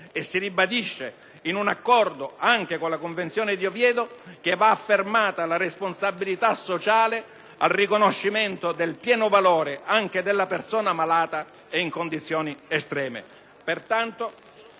e si ribadisce, in accordo anche con la convenzione di Oviedo, che va affermata la responsabilità sociale al riconoscimento del pieno valore anche della persona malata e in condizioni estreme.